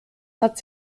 hat